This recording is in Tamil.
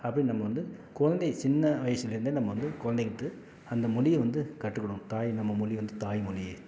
அப்டின்னு நம்ம வந்து குலந்தை சின்ன வயசுலேருந்து நம்ம வந்து குலந்தைகளுக்கு அந்த மொழியை வந்து கற்றுக் கோடுக்கணும் தாய் நம்ம மொழியை வந்து தாய்மொழி